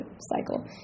cycle